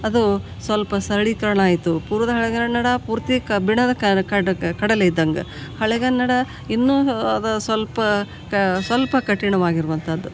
ಅದು ಸ್ವಲ್ಪ ಸರಳೀಕರಣ ಆಯಿತು ಪೂರ್ವದ ಹಳೆಗನ್ನಡ ಪೂರ್ತಿ ಕಬ್ಬಿಣದ ಕಡ್ಗ ಕಡಲೆ ಇದ್ದಂಗೆ ಹಳೆಗನ್ನಡ ಇನ್ನೂ ಅದು ಸ್ವಲ್ಪ ಕಾ ಸ್ವಲ್ಪ ಕಠಿಣವಾಗಿರುವಂಥದ್ದು